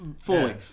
Fully